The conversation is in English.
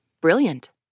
Brilliant